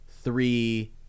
three